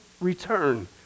return